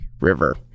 river